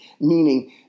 Meaning